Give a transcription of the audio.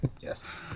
Yes